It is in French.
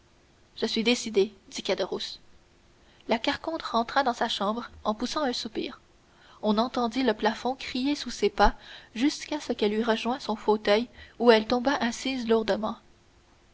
je suis décidé dit caderousse la carconte rentra dans sa chambre en poussant un soupir on entendit le plafond crier sous ses pas jusqu'à ce qu'elle eût rejoint son fauteuil où elle tomba assise lourdement